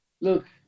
look